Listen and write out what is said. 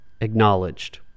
acknowledged